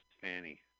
Fanny